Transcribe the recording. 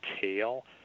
tail